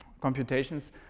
computations